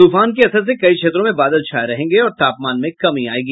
तूफान के असर से कई क्षेत्रों में बादल छाये रहेंगे और तापमान में कमी आयेगी